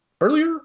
earlier